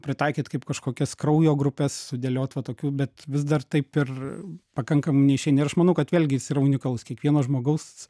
pritaikyt kaip kažkokias kraujo grupes sudėliot va tokių bet vis dar taip ir pakankam neišeina ir aš manau kad vėlgi jis yra unikalus kiekvieno žmogaus